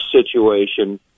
situation